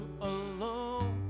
alone